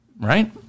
right